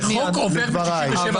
שחוק עובר ב-9-67,